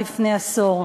לפני עשור.